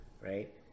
Right